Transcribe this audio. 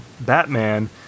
Batman